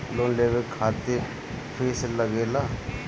Loan लेवे खातिर fees लागेला?